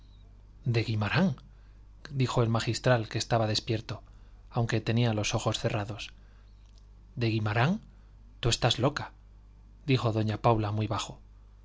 de guimarán dijo el magistral que estaba despierto aunque tenía los ojos cerrados de guimarán tú estás loca dijo doña paula muy bajo